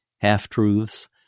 half-truths